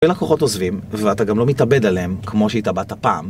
הרבה לקוחות עוזבים, ואתה גם לא מתאבד עליהם, כמו שהתאבדת פעם